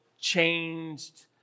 changed